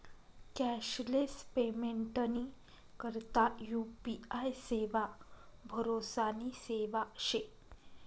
cashless पेमेंटनी करता UPI सेवा भरोसानी सेवा शे